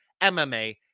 MMA